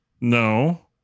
No